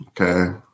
Okay